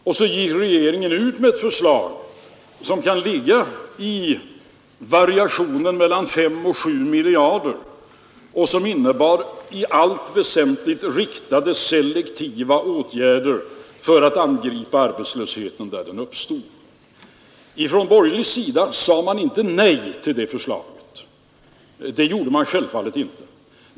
Så framlade regeringen ett förslag, som låg i variationen 5—7 miljarder kronor och som i allt väsentligt innebar riktade selektiva åtgärder för att angripa arbetslösheten där den uppstod. Från borgerlig sida sade man självfallet inte nej till detta förslag.